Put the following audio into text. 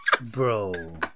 bro